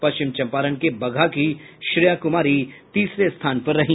पश्चिम चम्पारण के बगहा की श्रेया कुमारी तीसरे स्थान पर रही